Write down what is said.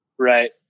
Right